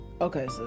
Okay